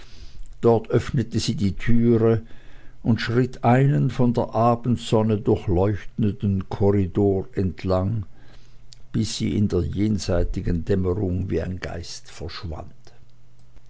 dort öffnete sie die türe und schritt einen von der abendsonne durchleuchteten korridor entlang bis sie in der jenseitigen dämmerung wie ein geist verschwand